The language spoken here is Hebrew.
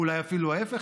אולי אפילו ההפך,